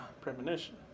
premonition